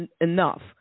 enough